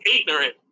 ignorant